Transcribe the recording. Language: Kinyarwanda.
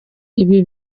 ibi